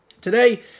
Today